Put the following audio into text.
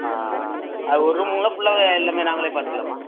ஆ ஆ அது ஒரு ரூமுங்களா ஃபுல்லாவே எல்லாமே நாங்களே பார்த்துக்கலாமா